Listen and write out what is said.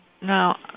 now